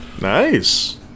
Nice